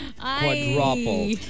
quadruple